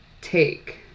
take